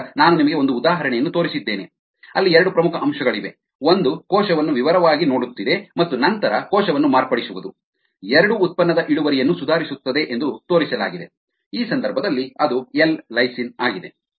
ಆದ್ದರಿಂದ ನಾನು ನಿಮಗೆ ಒಂದು ಉದಾಹರಣೆಯನ್ನು ತೋರಿಸಿದ್ದೇನೆ ಅಲ್ಲಿ ಎರಡು ಪ್ರಮುಖ ಅಂಶಗಳು ಇವೆ ಒಂದು ಕೋಶವನ್ನು ವಿವರವಾಗಿ ನೋಡುತ್ತಿದೆ ಮತ್ತು ನಂತರ ಕೋಶವನ್ನು ಮಾರ್ಪಡಿಸುವುದು ಎರಡೂ ಉತ್ಪನ್ನದ ಇಳುವರಿಯನ್ನು ಸುಧಾರಿಸುತ್ತದೆ ಎಂದು ತೋರಿಸಲಾಗಿದೆ ಈ ಸಂದರ್ಭದಲ್ಲಿ ಅದು ಎಲ್ ಲೈಸಿನ್ ಆಗಿದೆ